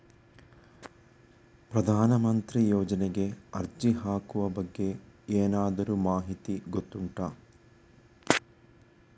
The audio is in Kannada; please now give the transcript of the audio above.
ಪ್ರಧಾನ ಮಂತ್ರಿ ಯೋಜನೆಗೆ ಅರ್ಜಿ ಹಾಕುವ ಬಗ್ಗೆ ಏನಾದರೂ ಮಾಹಿತಿ ಗೊತ್ತುಂಟ?